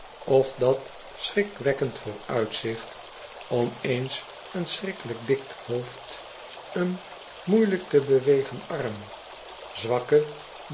of dat schrikwekkend vooruitzicht om eens een schrikkelijk dik hoofd een moeieiyk te bewegen arm zwakke